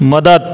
मदत